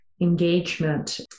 engagement